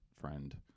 friend